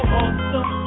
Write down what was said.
awesome